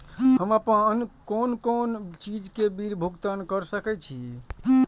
हम आपन कोन कोन चीज के बिल भुगतान कर सके छी?